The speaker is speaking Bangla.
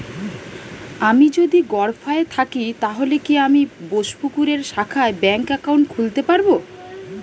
আমি যদি গরফায়ে থাকি তাহলে কি আমি বোসপুকুরের শাখায় ব্যঙ্ক একাউন্ট খুলতে পারবো?